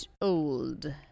old